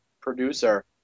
producer